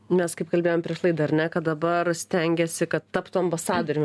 mes kaip kalbėjom prieš laidą ar ne kad dabar stengiasi kad taptų ambasadoriumi